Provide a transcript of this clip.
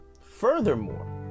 Furthermore